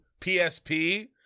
PSP